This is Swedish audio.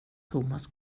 thomas